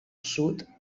sud